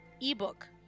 ebook